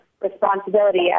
responsibility